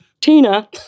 Tina